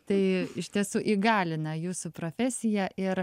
tai iš tiesų įgalina jūsų profesija ir